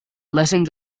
letting